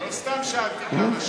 לא סתם שאלתי כמה שנים.